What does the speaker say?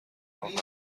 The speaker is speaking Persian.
آخر